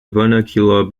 vernacular